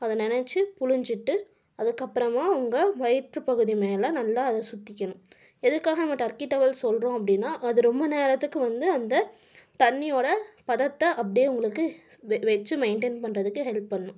அதை நினைச்சி பிழிஞ்சிட்டு அதுக்கப்புறமா உங்கள் வயிற்று பகுதி மேலே நல்லா அதை சுற்றிக்கணும் எதுக்காக நம்ம டர்க்கி டவல் சொல்கிறோம் அப்படீன்னா அது ரொம்ப நேரத்துக்கு வந்து அந்த தண்ணியோட பதத்தை அப்படியே உங்களுக்கு வெச்சு மெயின்டெய்ன் பண்ணுறதுக்கு ஹெல்ப் பண்ணும்